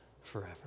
forever